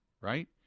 right